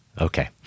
Okay